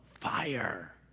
fire